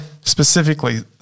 Specifically